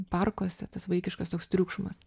parkuose tas vaikiškas toks triukšmas